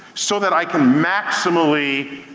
so that i can maximally